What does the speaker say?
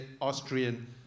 Austrian